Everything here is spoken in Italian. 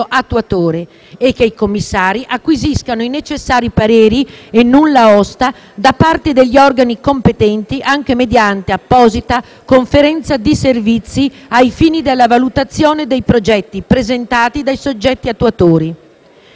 attuatore e che i commissari acquisiscano i necessari pareri e nulla osta da parte degli organi competenti, anche mediante apposita conferenza di servizi ai fini della valutazione dei progetti presentati dai soggetti attuatori.